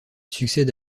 succède